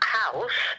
house